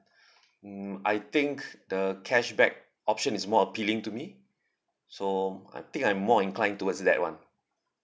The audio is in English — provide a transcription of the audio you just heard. mm I think the cashback option is more appealing to me so I think I'm more inclined towards that [one]